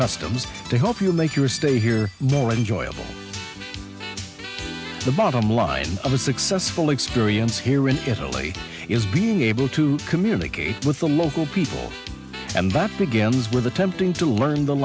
customs to help you make your stay here more enjoyable the bottom line of a successful experience here in italy is be able to communicate with the local people and that begins with attempting to learn the